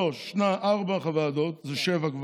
שלושה, ארבעה בוועדות, זה שבעה כבר.